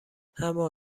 اما